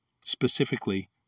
specifically